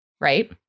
right